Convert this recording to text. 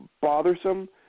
bothersome